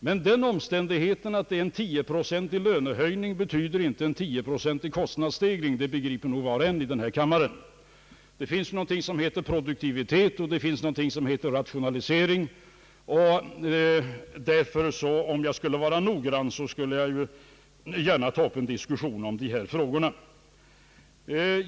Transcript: Men den omständigheten att det är en tioprocentig lönehöjning betyder inte att det är en tioprocentig kostnadsstegring, det förstår nog var och en i denna kammare. Det finns någonting som heter produktivitet och någonting som heter rationalisering. Om jag skulle vara noggrann skulle jag ta upp en diskussion om dessa frågor.